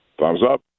Thumbs-up